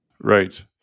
Right